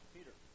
Peter